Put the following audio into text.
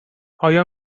آیا